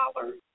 dollars